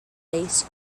lace